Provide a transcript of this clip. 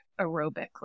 aerobically